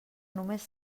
només